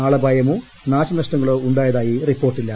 ആള്പ്ട്യുമോ നാശനഷ്ടങ്ങളോ ഉണ്ടായതായി റിപ്പോർട്ടില്ല